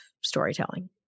storytelling